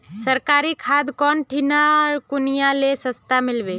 सरकारी खाद कौन ठिना कुनियाँ ले सस्ता मीलवे?